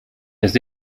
jest